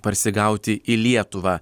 parsigauti į lietuvą